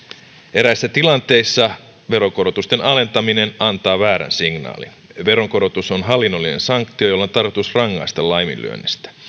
eräissä tilanteissa veronkorotusten alentaminen antaa väärän signaalin veronkorotus on hallinnollinen sanktio jolla on tarkoitus rangaista laiminlyönnistä